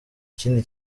ikindi